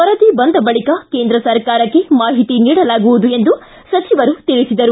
ವರದಿ ಬಂದ ಬಳಿಕ ಕೇಂದ್ರ ಸರ್ಕಾರಕ್ಕೆ ಮಾಹಿತಿ ನೀಡಲಾಗುವುದು ಎಂದು ತಿಳಿಸಿದರು